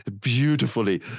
beautifully